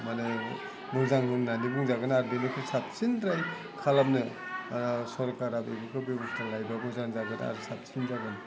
माने मोजां होन्नानै बुंजागोन आरो बेनिफ्राय साबसिन्द्राय खालामनो सरकारा बेफोरखौ बेबस्था लायोबा मोजां जागोन आरो साबसिन जागोन